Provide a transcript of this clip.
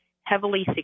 heavily